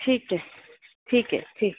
ਠੀਕ ਹੈ ਠੀਕ ਹੈ ਠੀਕ